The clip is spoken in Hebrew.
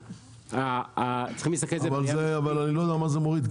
אבל אני לא יודע מה זה מוריד,